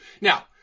Now